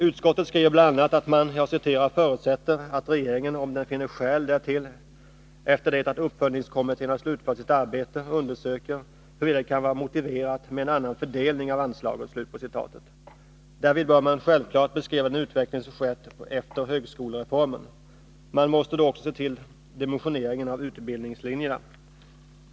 Utskottet skriver bl.a. att man ”förutsätter att regeringen, om den finner skäl därtill efter det att uppföljningskommittén har slutfört sitt arbete, undersöker huruvida det kan vara motiverat med en annan fördelning av anslaget”. Därvid bör man självfallet beskriva den utveckling som skett efter högskolereformen. Man måste då också se till dimensioneringen av utbildningslinjerna.